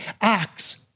acts